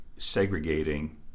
segregating